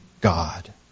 God